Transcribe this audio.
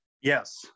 Yes